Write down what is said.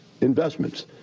investments